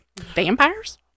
Vampires